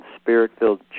spirit-filled